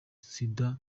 sida